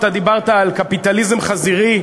אתה דיברת על קפיטליזם חזירי.